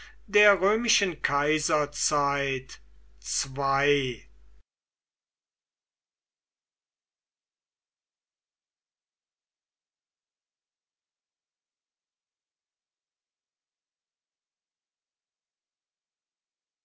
der römischen kaiserzeit